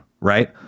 right